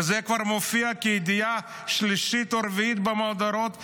וזה כבר מופיע כידיעה שלישית או רביעית במהדורות החדשות.